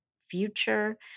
future